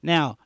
Now